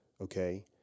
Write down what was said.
okay